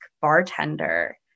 bartender